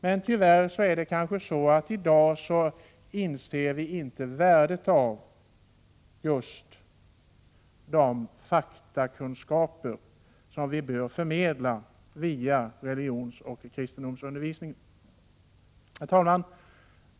Men tyvärr inser man kanske inte i dag värdet av de faktakunskaper som vi bör förmedla via religionsoch kristendomsundervisning. Herr talman!